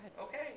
okay